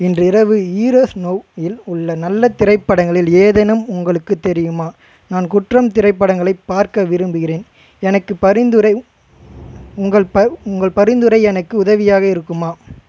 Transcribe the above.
இன்று இரவு Eros Now இல் உள்ள நல்ல திரைப்படங்களில் ஏதேனும் உங்களுக்குத் தெரியுமா நான் குற்றம் திரைப்படங்களை பார்க்க விரும்புகிறேன் எனக்கு பரிந்துரை உங்கள் ப உங்கள் பரிந்துரை எனக்கு உதவியாக இருக்குமா